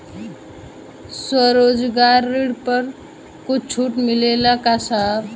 स्वरोजगार ऋण पर कुछ छूट मिलेला का साहब?